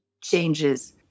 changes